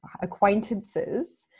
acquaintances